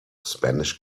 spanish